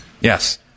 Yes